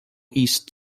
east